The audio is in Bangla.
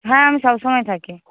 হ্যাঁ আমি সবসময় থাকি